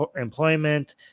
employment